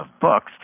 books